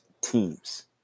teams